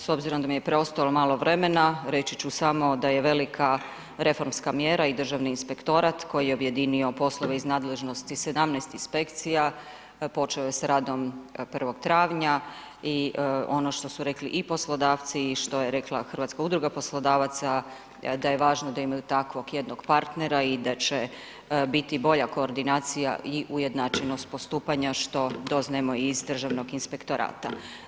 S obzirom da mi je preostalo malo vremena, reći ću samo da je velika reformska mjera i Državni inspektorat koji je objedinio poslove iz nadležnosti 17 inspekcija, počeo je s radom 01. travnja, i ono što su rekli i poslodavci, i što je rekla Hrvatska udruga poslodavaca, da je važno da imaju takvog jednog partnera i da će biti bolja koordinacija i ujednačenost postupanja što doznajemo iz Državnog inspektorata.